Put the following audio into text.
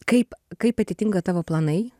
kaip kaip atitinka tavo planai